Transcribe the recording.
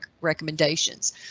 recommendations